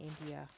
india